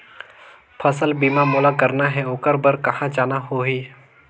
फसल बीमा मोला करना हे ओकर बार कहा जाना होही?